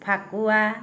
Phakuwa